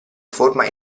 forma